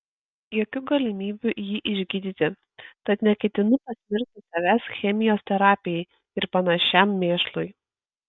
jokių galimybių jį išgydyti tad neketinu pasmerkti savęs chemijos terapijai ir panašiam mėšlui